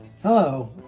Hello